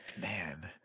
Man